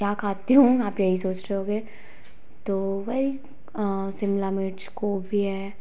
क्या खाती हूँ आप यही सोच रहे होंगे तो वही शिमला मिर्च गोभी है